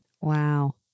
Wow